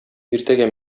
иртәгә